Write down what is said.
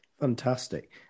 Fantastic